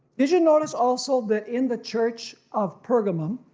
you should notice also that in the church of pergamum,